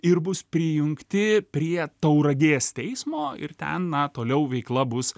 ir bus prijungti prie tauragės teismo ir ten na toliau veikla bus